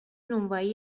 نونوایی